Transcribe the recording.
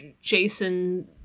Jason